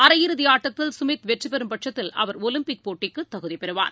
அரையிறுதிஆட்டத்தில் கமித் வெற்றிபெறும் பட்சத்தில் அவர் ஒலிம்பிக் போட்டிக்குதகுதிபெறுவார்